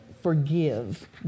Forgive